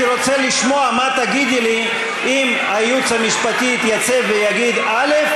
ואני הייתי רוצה לשמוע מה תגידי לי אם הייעוץ המשפטי יתייצב ויגיד א',